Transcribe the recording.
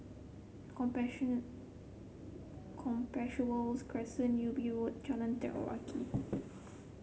Compassvale Crescent Ubi Road Jalan Telawi